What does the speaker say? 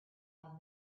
how